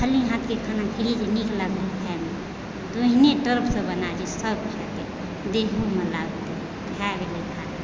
हाथके खाना खेलियै तऽ नीक लागल खाइमे ओहिने तरहसँ बना जे सभ खाइ देहोमे लागतै भए गेलै खाना